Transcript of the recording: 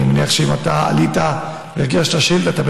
ואני מניח שאם הגשת שאילתה,